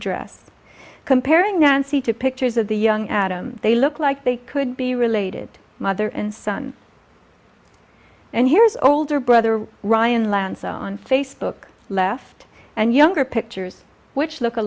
dress comparing nancy to pictures of the young adam they look like they could be related mother and son and here is older brother ryan lanza on facebook left and younger pictures which look a